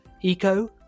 Eco